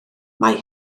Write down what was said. mae